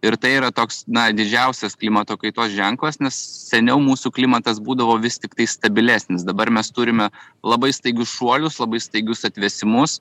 ir tai yra toks na didžiausias klimato kaitos ženklas nes seniau mūsų klimatas būdavo vis tiktai stabilesnis dabar mes turime labai staigius šuolius labai staigius atvėsimus